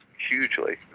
hugely.